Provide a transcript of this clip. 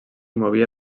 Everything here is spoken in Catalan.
movia